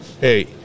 hey